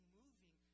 moving